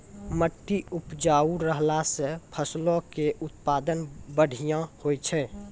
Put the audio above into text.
मट्टी उपजाऊ रहला से फसलो के उत्पादन बढ़िया होय छै